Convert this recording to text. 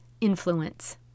influence